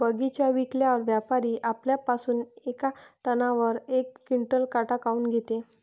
बगीचा विकल्यावर व्यापारी आपल्या पासुन येका टनावर यक क्विंटल काट काऊन घेते?